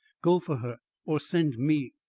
go for her or send me.